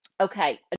okay